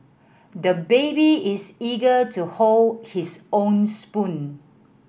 the baby is eager to hold his own spoon